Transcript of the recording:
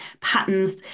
patterns